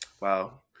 Wow